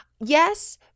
yes